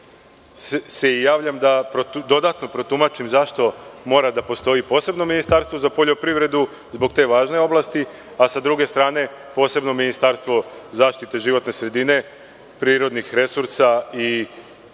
se i javljam da dodatno protumačim zašto mora da postoji posebno ministarstvo za poljoprivredu zbog te važne oblasti, a sa druge strane posebno Ministarstvo zaštite životne sredine, prirodnih resursa i prostornog